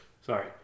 Sorry